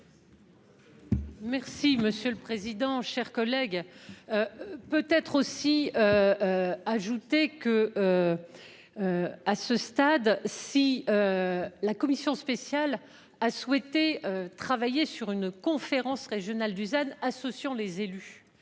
Merci monsieur le président, chers collègues. Peut être aussi. Ajouter que. À ce stade-ci. La commission spéciale a souhaité travailler sur une conférence régionale Dusan associant les élus